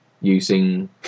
using